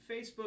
Facebook